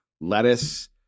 lettuce